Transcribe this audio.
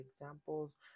examples